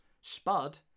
Spud